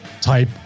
type